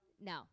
No